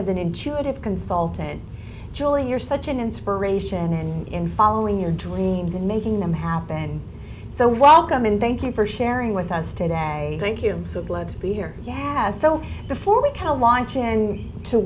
as an intuitive consultant julie you're such an inspiration and in following your dreams and making them happen so welcome and thank you for sharing with us today thank you so glad to be here yeah so before we can launch and to